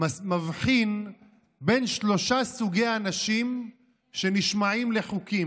מבחין בין שלושה סוגי אנשים שנשמעים לחוקים.